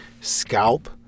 Scalp